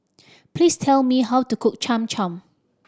please tell me how to cook Cham Cham